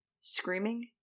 Screaming